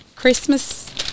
Christmas